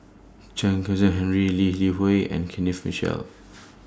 Chen Kezhan Henri Lee Li Hui and Kenneth Mitchell